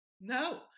no